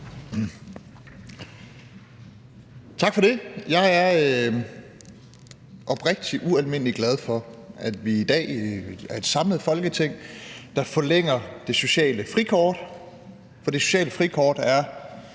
Tak for det. Jeg er oprigtigt og ualmindelig glad for, at vi i dag er et samlet Folketing, der forlænger det sociale frikort. For det sociale frikort er